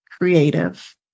creative